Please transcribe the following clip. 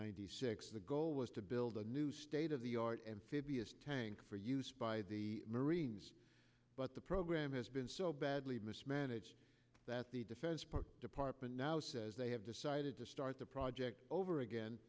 ninety six the goal was to build a new state of the art amphibious tank for use by the marines but the program has been so badly mismanaged that the defense department now says they have decided to start the project over again